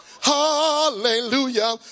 hallelujah